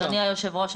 אדוני היושב-ראש,